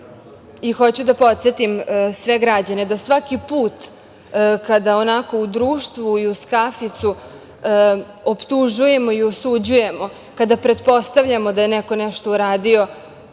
hoću da podsetim sve građane da svaki put kada onako u društvu i uz kaficu optužujemo i osuđujemo, kada pretpostavljamo da je neko nešto uradio,